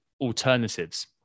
alternatives